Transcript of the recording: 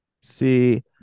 See